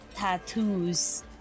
tattoos